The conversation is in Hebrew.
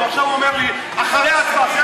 ועכשיו הוא אומר לי: אחרי ההצבעה.